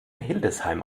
hildesheim